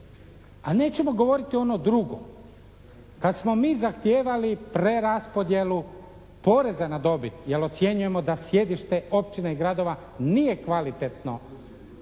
A nećemo govoriti ono drugo. Kad smo mi zahtijevali preraspodjelu poreza na dobit jer ocjenjujemo da sjedište općina i gradova nije kvalitetno